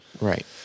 Right